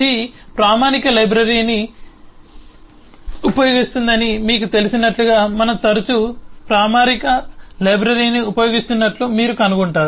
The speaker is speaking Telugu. సి ప్రామాణిక లైబ్రరీని సరే ఉపయోగిస్తుందని మీకు తెలిసినట్లుగా మనం తరచూ ప్రామాణిక లైబ్రరీని ఉపయోగిస్తున్నట్లు మీరు కనుగొంటారు